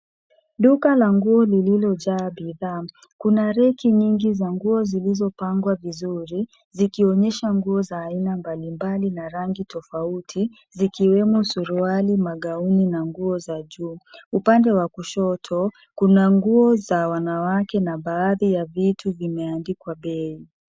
Duka la nguo lililojaa bidhaa. Kuna reki nyingi za nguo zilizopangwa vizuri zikionyesha nguo za aina mbalimbali na rangi tofauti, zikiwemo suruali, magauni na nguo za juu. Upande wa kushoto, kuna nguo za wanawake na baadhi ya vitu vimeandikwa bei.